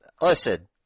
Listen